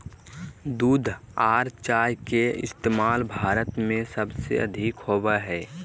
दूध आर चाय के इस्तमाल भारत में सबसे अधिक होवो हय